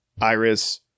Iris